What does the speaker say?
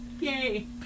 yay